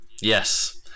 Yes